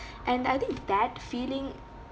and I think that feeling